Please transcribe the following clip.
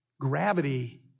Gravity